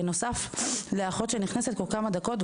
בנוסף לאחות שנכנסת כל כמה דקות,